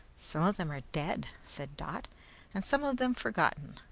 some of them are dead, said dot and some of them forgotten.